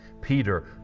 Peter